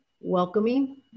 Welcoming